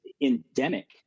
endemic